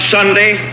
Sunday